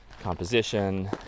composition